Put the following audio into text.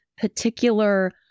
particular